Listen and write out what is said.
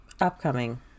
Upcoming